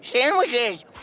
Sandwiches